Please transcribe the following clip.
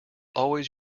always